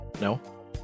No